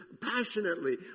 passionately